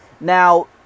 Now